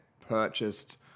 purchased